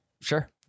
Sure